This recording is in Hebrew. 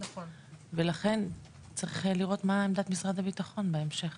ולכן צריך לראות מה עמדת משרד הביטחון בהמשך